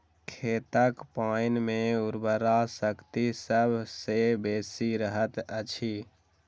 खेतक पाइन मे उर्वरा शक्ति सभ सॅ बेसी रहैत अछि